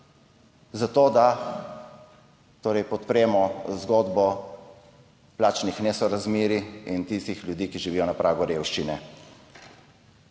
da torej podpremo zgodbo plačnih nesorazmerij in tistih ljudi, ki živijo na pragu revščine.